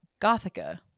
Gothica